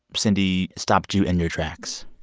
cindy, stopped you in your tracks?